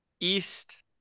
East